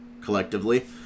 collectively